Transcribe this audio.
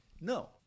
No